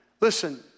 listen